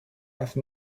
have